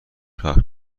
پخش